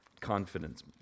confidence